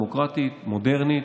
דמוקרטית, מודרנית,